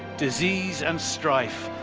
disease and strife,